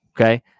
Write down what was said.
Okay